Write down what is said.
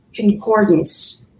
concordance